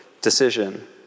decision